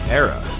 era